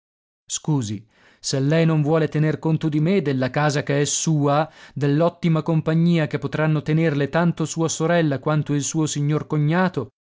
scusi se lei non vuole tener conto di me della casa che è sua dell'ottima compagnia che potranno tenerle tanto sua sorella quanto il suo signor cognato